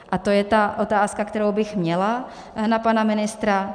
A to je ta otázka, kterou bych měla na pana ministra.